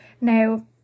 Now